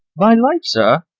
my life, sir!